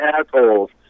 assholes